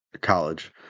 college